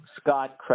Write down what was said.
Scott